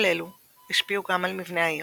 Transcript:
כל אלו השפיעו על מבנה העיר.